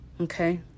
Okay